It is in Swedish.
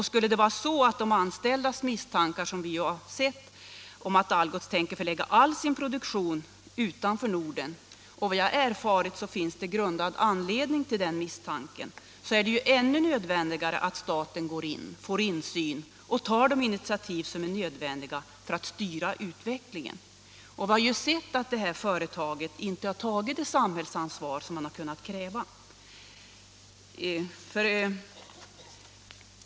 Skulle det vara så att de anställdas misstankar om att Algots tänker förlägga hela sin produktion utanför Norden — och vad jag erfarit finns det grundad anledning till den misstanken — så är det ännu mer nödvändigt att staten går in, får insyn och tar de initiativ som är nödvändiga för att styra utvecklingen. Vi har ju sett att det här företaget inte har tagit det samhällsansvar man kunnat kräva.